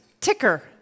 ticker